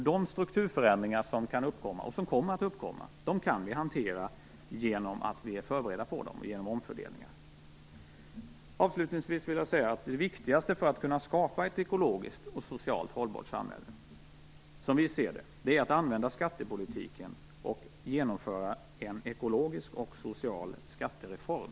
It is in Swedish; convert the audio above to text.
De strukturförändringar som kan uppkomma, och som kommer att uppkomma, kan vi hantera genom att vara förberedda på dem och genom omfördelningar. Avslutningsvis vill jag säga att det viktigaste för att kunna skapa ett ekologiskt och socialt hållbart samhälle, som vi ser det, är att använda skattepolitiken och genomföra en ekologisk och social skattereform.